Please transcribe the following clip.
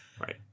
Right